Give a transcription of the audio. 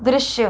दृश्य